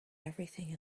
everything